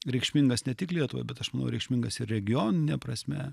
reikšmingas ne tik lietuvai bet aš manau reikšmingas ir regionine prasme